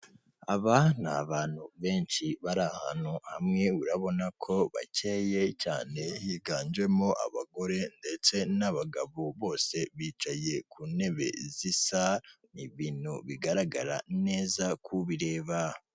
Aba ni abantu benshi bari ahantu hamwe, urabona ko bakeye cyane, higanjemo abagore ndetse n'abagabo, bose bicaye ku ntebe zisa, ni ibintu bigaragara neza ku bireba.